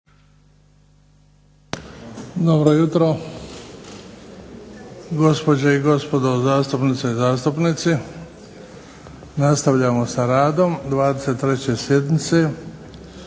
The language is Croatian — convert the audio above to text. Dobro jutro! Gospođe i gospodo zastupnice i zastupnici, nastavljamo sa radom 23. sjednice